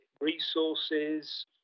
resources